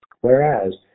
Whereas